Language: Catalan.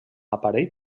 aparell